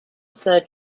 sir